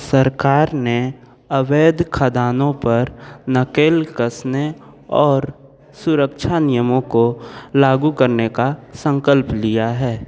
सरकार ने अवैध खदानों पर नकेल कसने और सुरक्षा नियमों को लागू करने का संकल्प लिया है